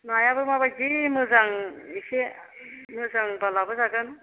नायाबो माबायदि मोजां एसे मोजांबा लाबोजागोन